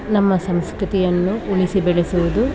ನಮ್ಮ ಸಂಸ್ಕೃತಿಯನ್ನು ಉಳಿಸಿ ಬೆಳೆಸುವುದು